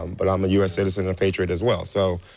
um but um a u s. citizen and patriot as well. so